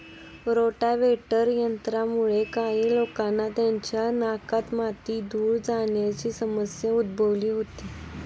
rotavator यंत्रामुळे काही लोकांना त्यांच्या नाकात माती, धूळ जाण्याची समस्या उद्भवली होती